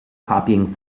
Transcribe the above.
copying